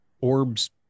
orbs